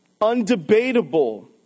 undebatable